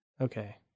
Okay